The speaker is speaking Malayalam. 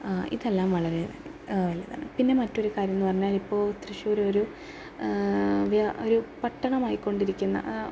ഇതെല്ലാം വളരെ പിന്നെ മറ്റൊരു കാര്യം എന്നുപറഞ്ഞാൽ ഇപ്പോൾ തൃശ്ശൂർ ഒരു വ്യ ഒരു പട്ടണമായി കൊണ്ടിരിക്കുന്ന